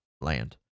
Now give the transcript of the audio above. land